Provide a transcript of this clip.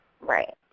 Right